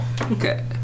Okay